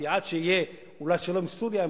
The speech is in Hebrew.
כי עד שתהיה פעולת שלום עם סוריה,